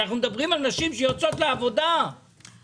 אנחנו מדברים על נשים שיוצאות לעבודה ומצליחות.